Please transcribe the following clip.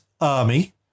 army